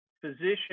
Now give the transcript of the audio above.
physician